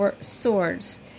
swords